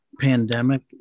pandemic